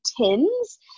tins